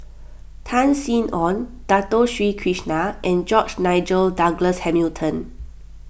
Tan Sin Aun Dato Sri Krishna and George Nigel Douglas Hamilton